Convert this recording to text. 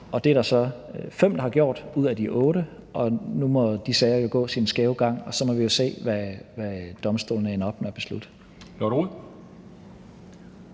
Det er der så fem ud af de otte, der har gjort, og nu må de sager jo gå deres skæve gang, og så må vi se, hvad domstolen ender med at beslutte.